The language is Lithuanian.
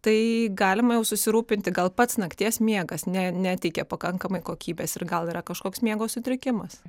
tai galima jau susirūpinti gal pats nakties miegas ne neteikia pakankamai kokybės ir gal yra kažkoks miego sutrikimas